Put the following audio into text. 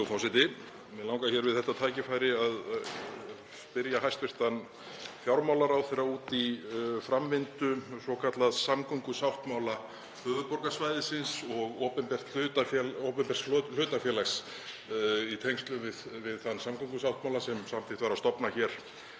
forseti. Mig langar við þetta tækifæri að spyrja hæstv. fjármálaráðherra út í framvindu svokallaðs samgöngusáttmála höfuðborgarsvæðisins og opinbers hlutafélags í tengslum við þann samgöngusáttmála sem samþykkt var að stofna hér